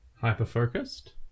Hyper-focused